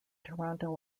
toronto